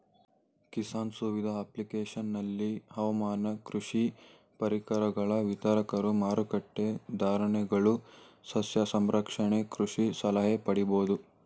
ಕಿಸಾನ್ ಸುವಿಧ ಅಪ್ಲಿಕೇಶನಲ್ಲಿ ಹವಾಮಾನ ಕೃಷಿ ಪರಿಕರಗಳ ವಿತರಕರು ಮಾರಕಟ್ಟೆ ಧಾರಣೆಗಳು ಸಸ್ಯ ಸಂರಕ್ಷಣೆ ಕೃಷಿ ಸಲಹೆ ಪಡಿಬೋದು